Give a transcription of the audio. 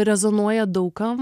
rezonuoja daug kam